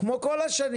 כמו כל השנים.